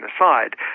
aside